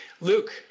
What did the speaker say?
Luke